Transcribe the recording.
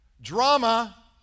Drama